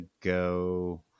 go